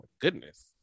goodness